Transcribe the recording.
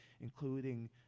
including